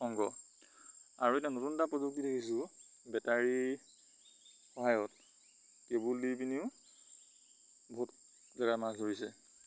অংগ আৰু এতিয়া নতুন এটা প্ৰযুক্তি দেখিছোঁ বেটাৰীৰ সহায়ত কেবুল দি পিনিও বহুত জেগাত মাছ ধৰিছে